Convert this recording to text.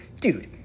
dude